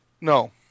No